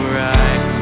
right